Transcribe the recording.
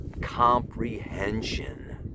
comprehension